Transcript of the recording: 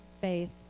faith